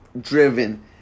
driven